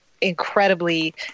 incredibly